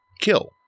kill